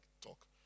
talk